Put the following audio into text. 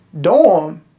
dorm